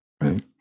right